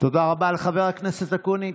תודה רבה לחבר הכנסת אקוניס.